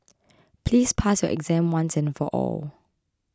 please pass your exam once and for all